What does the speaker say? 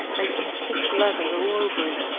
making a thick lather all over it.